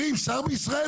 מדברים על בריונות?